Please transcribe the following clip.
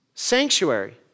sanctuary